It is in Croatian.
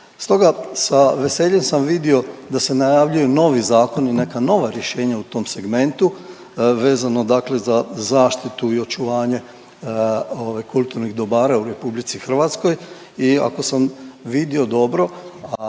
Stoga sa veseljem sam vidio da se najavljuje novi zakon i neka nova rješenja u tom segmentu, vezano dakle za zaštitu i očuvanje kulturnih dobara u RH i ako sam vidio dobro,